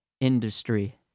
Industry